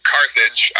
Carthage